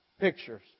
pictures